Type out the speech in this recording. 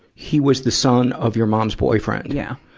he was the son of your mom's boyfriend. yeah.